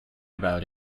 about